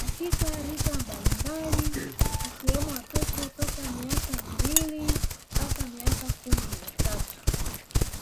katika rika mbalimbali ikiwemo watoto miaka miwili mpaka miaka kumi na tatu.